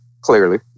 Clearly